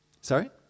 Sorry